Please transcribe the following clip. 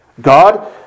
God